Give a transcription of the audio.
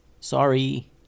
Sorry